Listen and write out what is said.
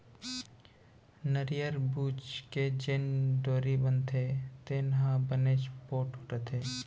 नरियर बूच के जेन डोरी बनथे तेन ह बनेच पोठ रथे